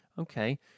okay